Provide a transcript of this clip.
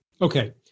okay